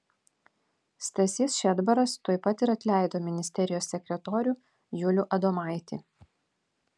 stasys šedbaras tuoj pat ir atleido ministerijos sekretorių julių adomaitį